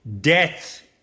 death